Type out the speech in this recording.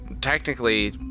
technically